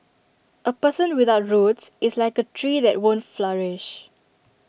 A person without roots is like A tree that won't flourish